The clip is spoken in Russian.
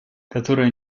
которые